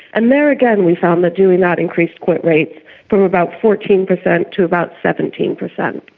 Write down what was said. and there again we found that doing that increased quit rates from about fourteen percent to about seventeen percent.